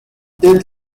dead